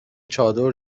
چادر